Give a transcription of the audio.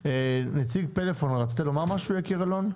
נציג פלאפון רצית לומר משהו יקיר אלון?